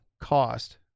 cost